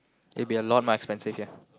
it would be a lot more expensive ya